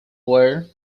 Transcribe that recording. wire